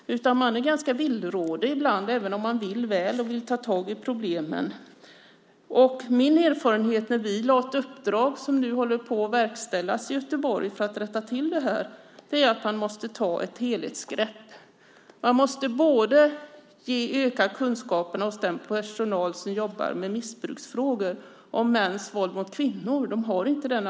Man är ibland ganska villrådig, även om man vill väl och vill ta tag i problemen. Vi har lagt fram ett uppdrag som nu håller på att verkställas i Göteborg, och min erfarenhet är att man måste ta ett helhetsgrepp. Man måste öka kunskaperna om mäns våld mot kvinnor hos den personal som jobbar med missbruksfrågor. De har inte automatiskt den kunskapen.